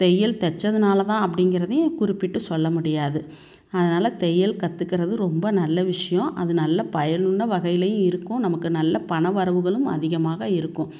தையல் தைச்சதுனால தான் அப்படிங்கிறதயும் குறிப்பிட்டு சொல்ல முடியாது அதனால் தையல் கற்றுக்கறது ரொம்ப நல்ல விஷயம் அது நல்ல பயனுள்ள வகையிலேயும் இருக்கும் நமக்கு நல்ல பண வரவுகளும் அதிகமாக இருக்கும்